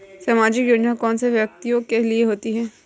सामाजिक योजना कौन से व्यक्तियों के लिए होती है?